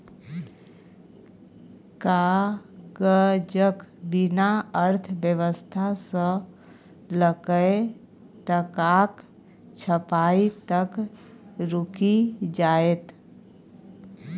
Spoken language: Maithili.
कागजक बिना अर्थव्यवस्था सँ लकए टकाक छपाई तक रुकि जाएत